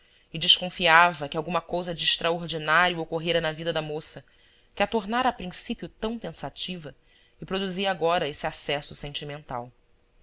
e desconfiava que alguma cousa de extraordinário ocorrera na vida da moça que a tornara a princípio tão pensativa e produzia agora esse acesso sentimental